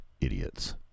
idiots